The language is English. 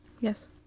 yes